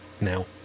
now